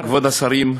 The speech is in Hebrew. כבוד השרים,